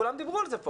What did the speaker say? כולם כאן דיברו על זה.